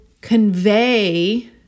convey